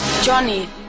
Johnny